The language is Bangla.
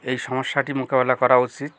এই সমস্যাটি মোকাবিলা করা উচিত